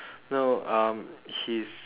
no um his